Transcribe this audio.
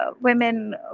women